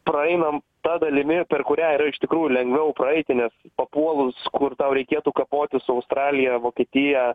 praeinam ta dalimi per kurią yra iš tikrųjų lengviau praeiti nes papuolus kur tau reikėtų kapotis su australija vokietija